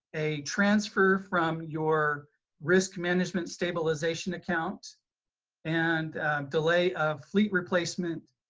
a transfer from your risk management stabilization account and delay of fleet replacement,